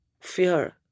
fear